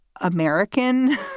American